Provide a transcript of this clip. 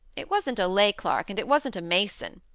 it wasn't a lay-clerk, and it wasn't a mason,